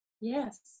Yes